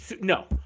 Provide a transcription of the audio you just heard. no